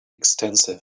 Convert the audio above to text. extensive